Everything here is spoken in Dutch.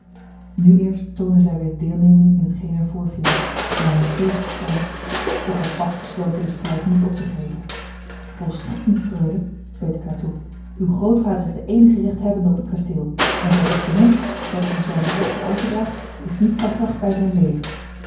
nu eerst toonde zij weer deelneming in t geen er voorviel maar om ons tegen te staan ik was vast besloten den strijd niet op te geven volstrekt niet freule beet ik haar toe uw grootvader is de eenige rechthebbende op het kasteel en zijn testament dat u zijne rechten overdraagt is niet van kracht bij zijn leven